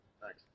Thanks